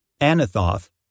Anathoth